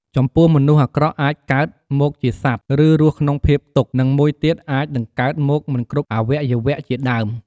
ចំពោះមនុស្សអាក្រក់អាចកើត មកជាសត្វ ឬរស់ក្នុងភាពទុក្ខ និងមួយទៀតអាចនឹងកើតមកមិនគ្រប់អាវៈយវៈជាដើម។